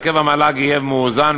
הרכב המל"ג יהיה מאוזן,